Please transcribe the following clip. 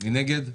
מי נגד?